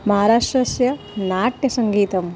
महाराष्ट्रस्य नाट्यसङ्गीतं